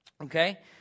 okay